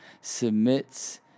submits